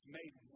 made